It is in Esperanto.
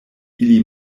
ili